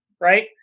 right